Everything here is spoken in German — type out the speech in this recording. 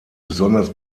besonders